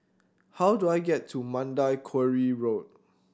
how do I get to Mandai Quarry Road